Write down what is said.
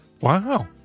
Wow